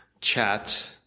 chat